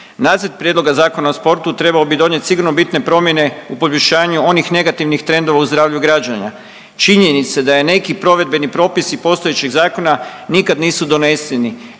Nacrt prijedloga Zakona o sportu trebao bi donijet sigurno bitne promjene u poboljšanju onih negativnih trendova u zdravlju građana. Činjenica da je neki provedbeni propisi iz postojećih zakona nikad nisu doneseni,